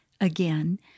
again